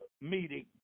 meeting